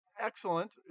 Excellent